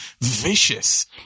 vicious